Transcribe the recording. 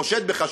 חושד בך,